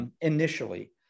Initially